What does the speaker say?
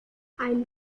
ein